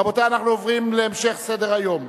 רבותי, אנחנו עוברים להמשך סדר-היום.